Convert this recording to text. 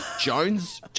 Jones